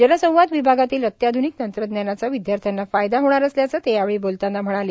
जनसंवाद विभागातील अत्याध्निक तंत्रज्ञान विदयार्थ्यांना फायदा होणार असल्याचं ते यावेळी बोलताना म्हणाले